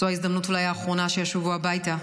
זו אולי ההזדמנות האחרונה שישובו הביתה.